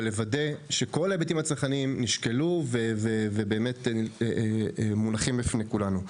ולוודא שכל ההיבטים הצרכניים נשקלו ובאמת מונחים בפני כולנו.